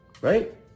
right